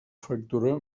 factura